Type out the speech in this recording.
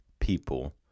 people